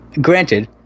granted